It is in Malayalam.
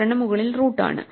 കാരണം മുകളിൽ റൂട്ട് ആണ്